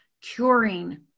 curing